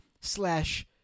slash